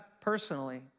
personally